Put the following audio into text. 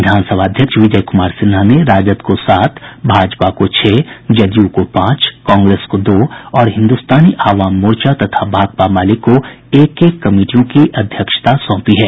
विधानसभा अध्यक्ष विजय कुमार सिन्हा ने राजद को सात भाजपा को छह जदयू को पांच कांग्रेस को दो और हिन्दुस्तानी आवाम मोर्चा तथा भाकपा माले को एक एक कमिटियों की अध्यक्षता सौंपी है